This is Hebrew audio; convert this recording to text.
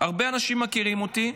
הרבה אנשים מכירים אותי.